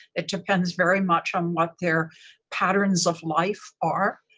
it depends very much on what their patterns of life are.